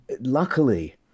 luckily